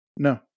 No